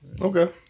Okay